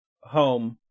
home